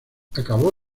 acabó